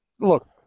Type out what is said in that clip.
look